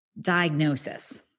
diagnosis